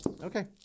Okay